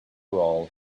all